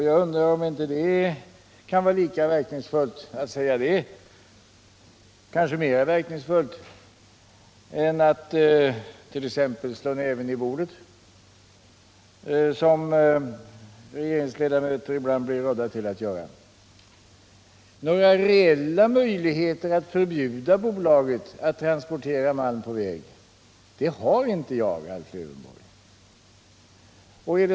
Jag undrar om det inte kan vara lika verkningsfullt att säga så — kanske mera verkningsfullt — som att t.ex. slå näven i bordet, något som regeringsledamöter ibland får rådet att göra. Några reella möjligheter att förbjuda bolaget att transportera malm på väg har jag inte, Alf Lövenborg.